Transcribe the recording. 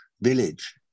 village